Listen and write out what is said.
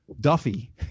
Duffy